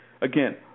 Again